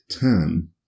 tan